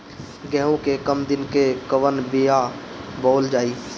गेहूं के कम दिन के कवन बीआ बोअल जाई?